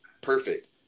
Perfect